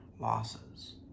losses